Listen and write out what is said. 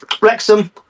Wrexham